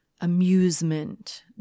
amusement